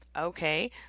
Okay